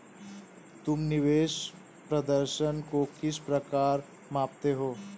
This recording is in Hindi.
तुम निवेश प्रदर्शन को किस प्रकार मापते हो?